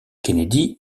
kennedy